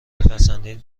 میپسندین